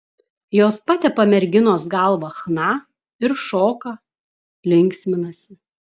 jos patepa merginos galvą chna ir šoka linksminasi